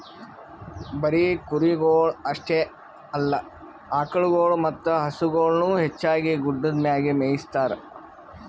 ಬರೀ ಕುರಿಗೊಳ್ ಅಷ್ಟೆ ಅಲ್ಲಾ ಆಕುಳಗೊಳ್ ಮತ್ತ ಹಸುಗೊಳನು ಹೆಚ್ಚಾಗಿ ಗುಡ್ಡದ್ ಮ್ಯಾಗೆ ಮೇಯಿಸ್ತಾರ